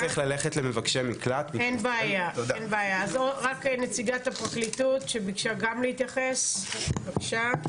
רק נציגת הפרקליטות שביקשה גם להתייחס, בבקשה.